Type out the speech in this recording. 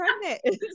pregnant